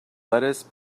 lettuce